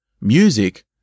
music